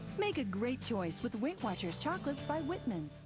make a great choice with weight watchers chocolates by whitman.